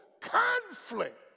conflict